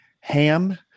ham